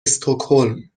استکهلم